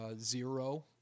Zero